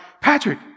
Patrick